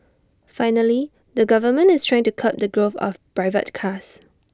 finally the government is trying to curb the growth of private cars